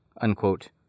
unquote